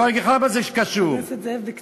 אני אגיד לך למה זה קשור, חבר הכנסת זאב, בקצרה.